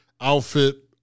outfit